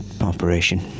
operation